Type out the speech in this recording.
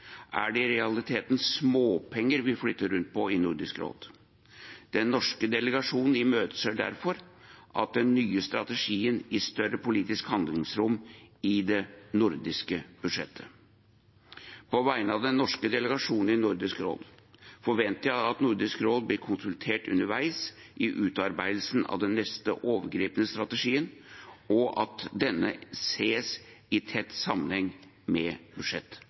er det i realiteten småpenger vi flytter rundt på i Nordisk råd. Den norske delegasjonen imøteser derfor at den nye strategien gir større politisk handlingsrom i det nordiske budsjettet. På vegne av den norske delegasjonen til Nordisk råd forventer jeg at Nordisk råd blir konsultert underveis i utarbeidelsen av den neste overgripende strategien, og at denne ses i tett sammenheng med